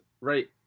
right